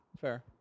fair